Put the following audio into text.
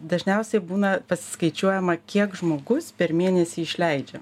dažniausiai būna paskaičiuojama kiek žmogus per mėnesį išleidžia